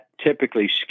typically